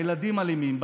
הילדים אלימים,